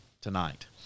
tonight